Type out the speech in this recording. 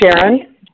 Sharon